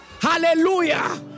Hallelujah